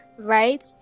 right